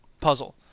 puzzle